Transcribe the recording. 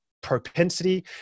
propensity